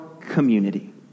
community